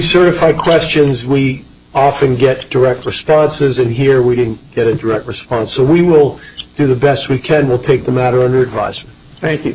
sort of had questions we often get direct responses and here we didn't get it right response so we will do the best we can we'll take